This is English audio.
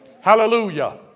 Hallelujah